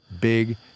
big